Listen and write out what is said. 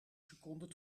seconden